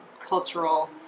cultural